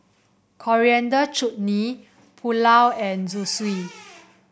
Coriander Chutney Pulao and Zosui